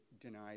deny